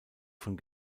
von